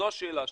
זו השאלה שלי.